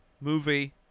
movie